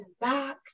back